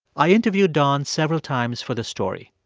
i interviewed don several times for the story.